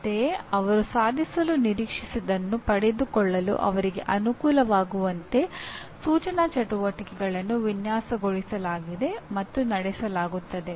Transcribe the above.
ಅಂತೆಯೇ ಅವರು ಸಾಧಿಸಲು ನಿರೀಕ್ಷಿಸಿದ್ದನ್ನು ಪಡೆದುಕೊಳ್ಳಲು ಅವರಿಗೆ ಅನುಕೂಲವಾಗುವಂತೆ ಸೂಚನಾ ಚಟುವಟಿಕೆಗಳನ್ನು ವಿನ್ಯಾಸಗೊಳಿಸಲಾಗಿದೆ ಮತ್ತು ನಡೆಸಲಾಗುತ್ತದೆ